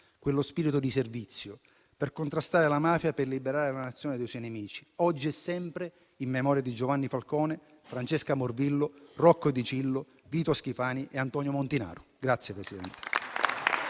quello spirito di servizio per contrastare la mafia e per liberare la Nazione dai suoi nemici; oggi e sempre, in memoria di Giovanni Falcone, Francesca Morvillo, Rocco Dicillo, Vito Schifani e Antonio Montinaro.